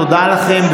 תודה לכן.